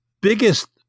Biggest